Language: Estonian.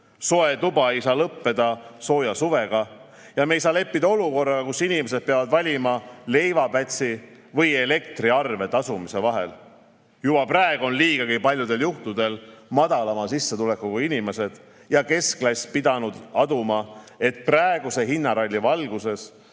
Soe tuba ei saa lõppeda sooja suvega ja me ei saa leppida olukorraga, kus inimesed peavad valima leivapätsi või elektriarve tasumise vahel. Juba praegu on liigagi paljudel juhtudel madalama sissetulekuga inimesed ja keskklass pidanud aduma, et praeguse hinnaralli valguses